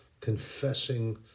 confessing